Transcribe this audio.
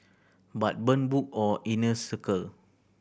but burn book or inner circle